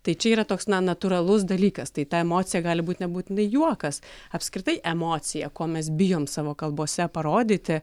tai čia yra toks na natūralus dalykas tai ta emocija gali būt nebūtinai juokas apskritai emocija ko mes bijom savo kalbose parodyti